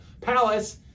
palace